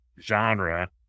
genre